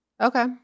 Okay